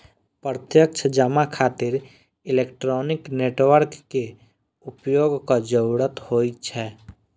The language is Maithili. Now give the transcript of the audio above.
प्रत्यक्ष जमा खातिर इलेक्ट्रॉनिक नेटवर्क के उपयोगक जरूरत होइ छै